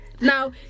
Now